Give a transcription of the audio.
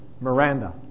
Miranda